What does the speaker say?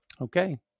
Okay